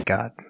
God